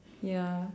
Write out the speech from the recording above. ya